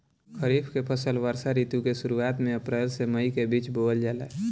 खरीफ के फसल वर्षा ऋतु के शुरुआत में अप्रैल से मई के बीच बोअल जाला